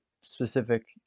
specific